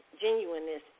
genuineness